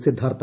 Siddhartha